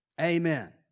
Amen